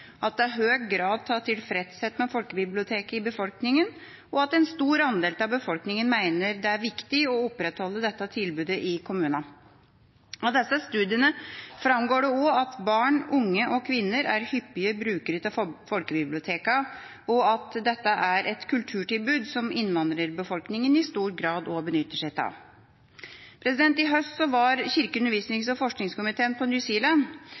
at det er høy grad av tilfredshet med folkebiblioteket i befolkningen, og at en stor andel av befolkningen mener det er viktig å opprettholde dette tilbudet i kommunene. Av disse studiene framgår det også at barn, unge og kvinner er hyppige brukere av folkebibliotekene, og at dette er et kulturtilbud som innvandrerbefolkningen i stor grad også benytter seg av. I høst var kirke-, undervisnings- og forskningskomiteen på